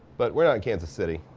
but we're not in kansas city.